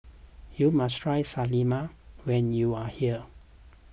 you must try Salami when you are here